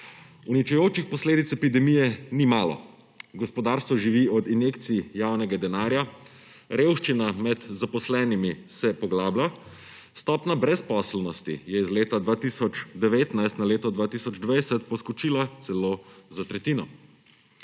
Uničujočih posledic epidemije ni malo. Gospodarstvo živi od injekcij javnega denarja, revščina med zaposlenimi se poglablja, stopnja brezposelnosti je z leta 2019 na leto 2020 poskočila celo za tretjino.